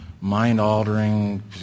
mind-altering